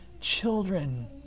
children